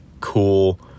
cool